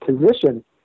position